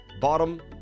bottom